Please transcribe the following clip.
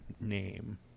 name